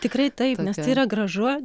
tikrai taip nes tai yra gražu